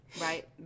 right